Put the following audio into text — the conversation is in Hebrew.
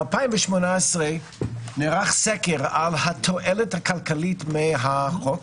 ב-2018 נערך סקר על התועלת הכלכלית מהחוק,